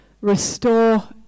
restore